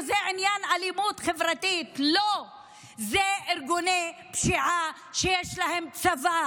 אף אחד לא, הוספתי כבר זמן.